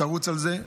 תרוץ על זה,